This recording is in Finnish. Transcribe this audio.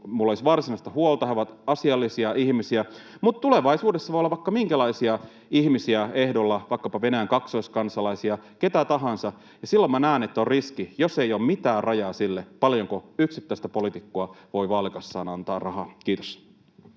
minulla olisi varsinaista huolta. He ovat asiallisia ihmisiä. Mutta tulevaisuudessa voi olla vaikka minkälaisia ihmisiä ehdolla, vaikkapa Venäjän kaksoiskansalaisia, keitä tahansa, ja silloin minä näen, että on riski, jos ei ole mitään rajaa sille, paljonko yksittäiselle poliitikolle voi vaalikassaan antaa rahaa. — Kiitos.